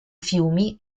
fiumi